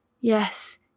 Yes